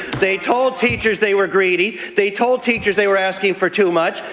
they told teachers they were greedy. they told teachers they were asking for too much.